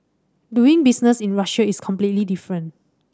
doing business in Russia is completely different